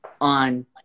on